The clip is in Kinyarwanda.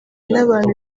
n’abantu